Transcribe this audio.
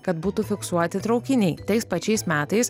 kad būtų fiksuoti traukiniai tais pačiais metais